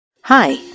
Hi